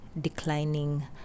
declining